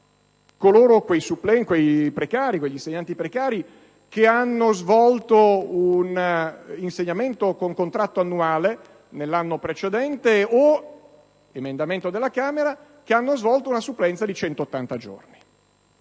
quegli insegnanti precari che hanno svolto un insegnamento con contratto annuale nell'anno precedente ovvero, in base all'emendamento della Camera, una supplenza di 180 giorni.